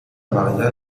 maría